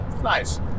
nice